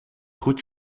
goed